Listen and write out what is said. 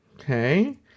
Okay